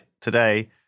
today